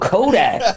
Kodak